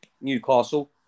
Newcastle